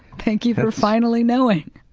thank you for finally knowing.